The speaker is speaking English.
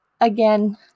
again